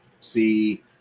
see